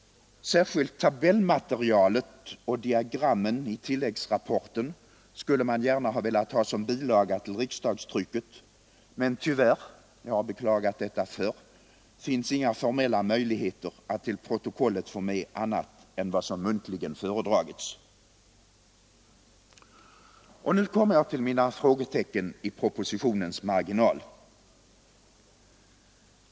Särskilt tabellmaterialet och diagrammen i tilläggsrapporten skulle man vilja ha som bilaga till riksdagstrycket, men tyvärr — jag har beklagat detta förr — finns inga formella möjligheter att till protokollet få med annat än vad som muntligen föredragits. Nu kommer jag till mina frågetecken i propositionens marginal.